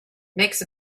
makes